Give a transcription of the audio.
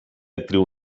actriu